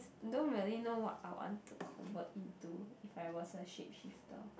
don't really know what I want to convert into if I was a shapeshifter